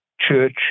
church